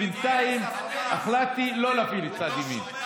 בינתיים החלטתי לא להפעיל את צד ימין.